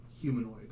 humanoid